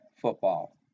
football